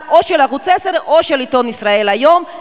של ערוץ-10 או של עיתון "ישראל היום",